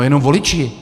Jenom voliči.